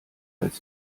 als